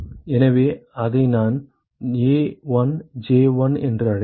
எனவே இதை நான் A1J1 என்று அழைப்பேன்